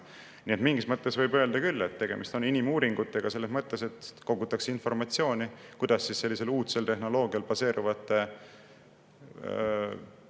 maailma. Mingis mõttes võib öelda küll, et tegemist oli inimuuringutega. Selles mõttes, et koguti informatsiooni, kuidas sellisel uudsel tehnoloogial baseeruvate